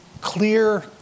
clear